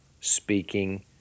speaking